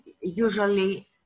usually